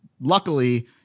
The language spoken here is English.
luckily